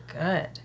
good